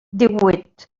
díhuit